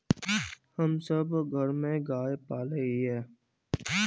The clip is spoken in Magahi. हम सब घर में गाय पाले हिये?